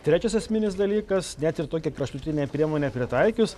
trečias esminis dalykas net ir tokią kraštutinę priemonę pritaikius